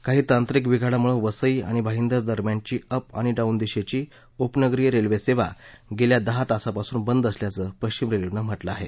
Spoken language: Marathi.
काही तांत्रिक बिघाडामुळे वसई आणि भाईदर दरम्यानची अप आणि डाऊन दिशेची उपनगरीय रेल्वे सेवा गेल्या दहा तासापासून बंद असल्याचं पश्चिम रेल्वेनं म्हटलं आहे